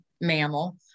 mammal